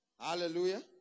Hallelujah